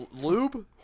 Lube